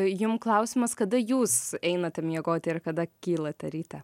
jum klausimas kada jūs einate miegoti ir kada kylate rytą